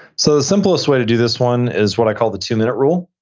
so the simplest way to do this one is what i call the two minute rule.